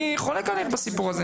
אני חולק עליך בסיפור הזה.